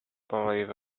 believe